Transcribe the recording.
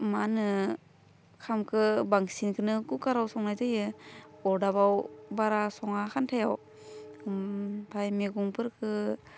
मा होनो ओंखामखौ बांसिनखौनो कुकाराव संनाय जायो अदाबाव बारा सङा खानथायाव ओमफ्राय मेगंफोरखौ